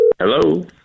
Hello